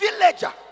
Villager